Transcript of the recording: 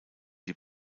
die